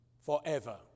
forever